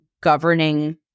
governing